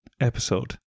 episode